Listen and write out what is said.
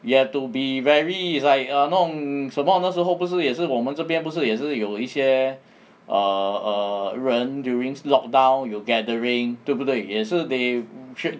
you have to be very is like err 那种什么那时候不是也是我们这边不是也是有一些 err err 人 during lockdown 有 gathering 对不对也是 they oh shit